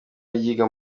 yiga